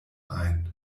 ein